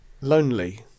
Lonely